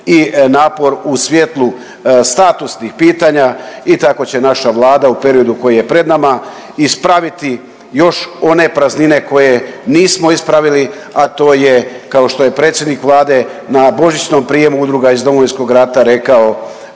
i napor u svjetlu statusnih pitanja i tako će naša Vlada u periodu koji je pred nama ispraviti još one praznine koje nismo ispravili, a to je kao što je predsjednik Vlade na božićnom prijemu Udruga iz Domovinskoga rata rekao